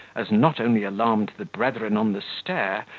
as not only alarmed the brethren on the stair,